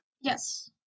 Yes